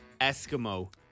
Eskimo